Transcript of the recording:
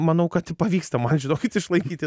manau kad pavyksta man žinokit išlaikyti